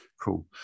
cool